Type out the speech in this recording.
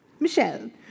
Michelle